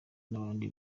n’abandi